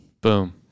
Boom